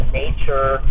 nature